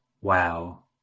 Wow